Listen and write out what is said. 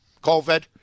COVID